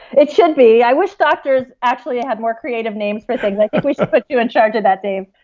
it should be. i wish doctors actually had more creative names for things. i think we should put you in charge of that, dave